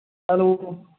hello